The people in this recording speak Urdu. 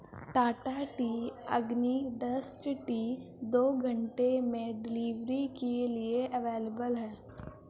Tata tea Agni dust tea دو گھنٹے میں ڈلیوری کے لیے اویلیبل ہے